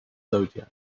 zodiac